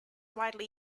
widely